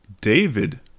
David